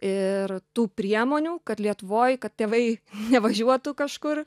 ir tų priemonių kad lietuvoj kad tėvai nevažiuotų kažkur